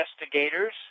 investigators